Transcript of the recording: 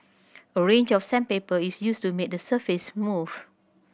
a range of sandpaper is used to make the surface smooth